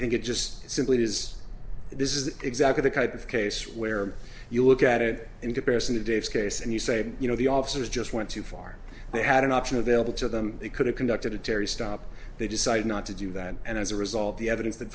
think it just simply is this is exactly the kind of case where you look at it in comparison to dave's case and you say you know the officers just went too far they had an option available to them they could have conducted a terry stop they decided not to do that and as a result the evidence that